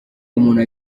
umuntu